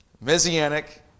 messianic